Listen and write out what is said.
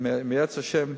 ואם ירצה השם,